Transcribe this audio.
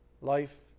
life